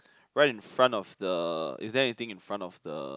right in front of the is there anything in front of the